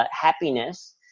happiness